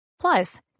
Plus